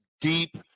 deep